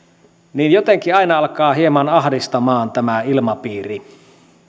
niin jotenkin aina alkaa hieman ahdistamaan tämä ilmapiiri